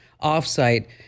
off-site